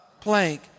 plank